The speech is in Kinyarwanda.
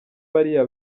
bariya